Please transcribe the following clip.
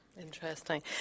Interesting